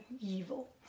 evil